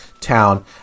town